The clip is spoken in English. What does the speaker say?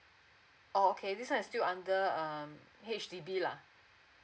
oh okay this one is still under um H_D_B lah